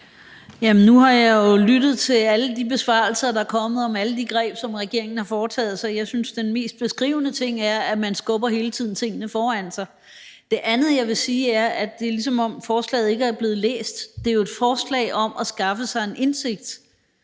(EL): Nu har jeg jo lyttet til alle de besvarelser, der er kommet, om alle de greb, som regeringen har taget. Jeg synes, at det mest beskrivende er, at man hele tiden skubber tingene foran sig. Det andet, jeg vil sige, er, at det er, som om forslaget ikke er blevet læst. Det er jo et forslag om at skaffe sig en indsigt.